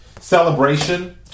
celebration